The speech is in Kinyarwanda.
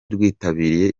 rwitabiriye